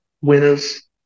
winners